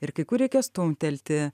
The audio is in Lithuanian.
ir kai kur reikia stumtelti